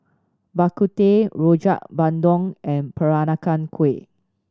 Bak Kut Teh Rojak Bandung and Peranakan Kueh